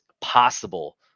possible